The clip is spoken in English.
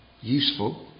useful